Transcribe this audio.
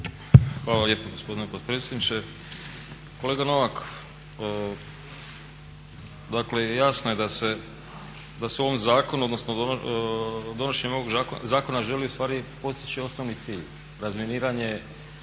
Hvala lijepo gospodine potpredsjedniče. Kolega Novak, dakle jasno je da se u ovom zakonu odnosno donošenjem ovog zakona želi ustvari postići osnovni cilj, razminiranje